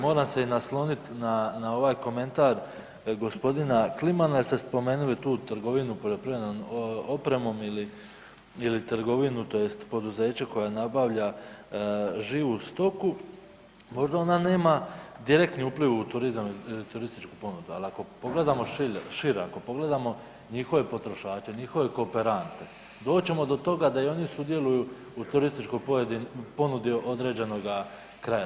Moram se i naslonit na, na ovaj komentar g. Klimana jer ste spomenuli tu trgovinu poljoprivrednom opremom ili, ili trgovinu tj. poduzeće koja nabavlja živu stoku, možda ona nema direktan upliv u turizam i turističku ponudu, al ako pogledamo šire, ako pogledamo njihove potrošače, njihove kooperante doći ćemo do toga da i oni sudjeluju u turističkoj ponudi određenoga kraja.